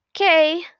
Okay